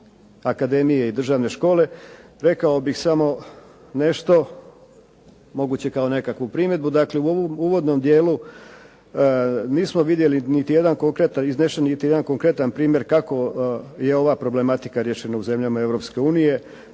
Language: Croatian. i državne škole,